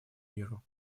миру